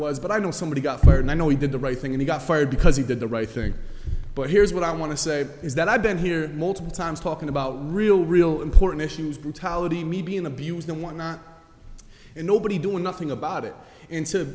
was but i know somebody got fired i know he did the right thing and he got fired because he did the right thing but here's what i want to say is that i've been here multiple times talking about real real important issues brutality me being abused no one not a nobody doing nothing about it and